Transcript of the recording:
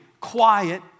quiet